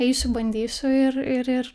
eisiu bandysiu ir ir ir